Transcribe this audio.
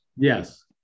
Yes